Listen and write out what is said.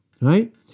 Right